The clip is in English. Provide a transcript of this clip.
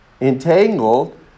entangled